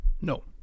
No